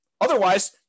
Otherwise